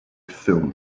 film